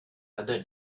other